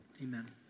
Amen